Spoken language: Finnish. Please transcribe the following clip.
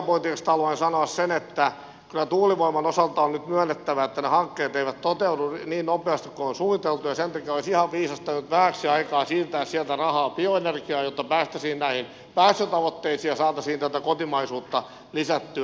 energiapolitiikasta haluan sanoa sen että kyllä tuulivoiman osalta on nyt myönnettävä että ne hankkeet eivät toteudu niin nopeasti kuin on suunniteltu ja sen takia olisi ihan viisasta nyt vähäksi aikaa siirtää sieltä rahaa bioenergiaan jotta päästäisiin näihin päästötavoitteisiin ja saataisiin tätä kotimaisuutta lisättyä